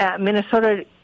Minnesota